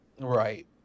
right